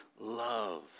love